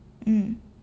mm